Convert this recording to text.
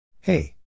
Hey